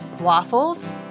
Waffles